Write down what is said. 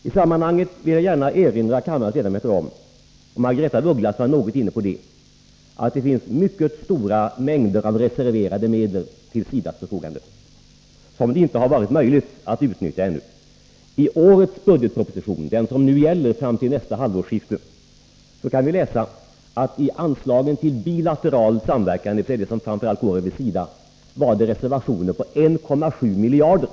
I sammanhanget vill jag gärna erinra kammarens ledamöter om — Margaretha af Ugglas var något inne på det — att det står mycket stora mängder av reserverade medel till SIDA:s förfogande, som det ännu inte varit möjligt att utnyttja. I årets budgetproposition, den som gäller fram till nästa halvårsskifte, kan vi läsa att det i anslagen till bilateral samverkan, dvs. det som framför allt går över SIDA, var reservationer på 1,7 miljarder.